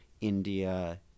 India